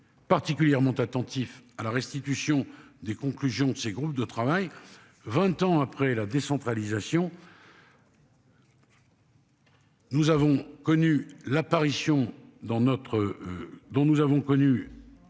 particulièrement attentifs à la restitution des conclusions de ces groupes de travail. 20 ans après la décentralisation. Nous avons connu l'apparition dans notre. Dont